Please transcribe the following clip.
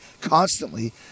constantly